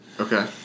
Okay